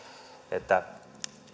että